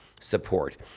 support